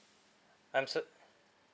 I'm so